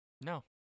No